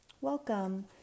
Welcome